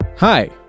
Hi